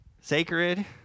Sacred